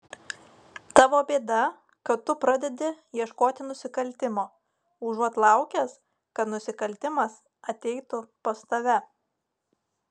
tavo bėda kad tu pradedi ieškoti nusikaltimo užuot laukęs kad nusikaltimas ateitų pas tave